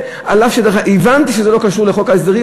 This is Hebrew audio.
אף שהבנתי שזה לא קשור לחוק ההסדרים?